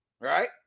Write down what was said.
Right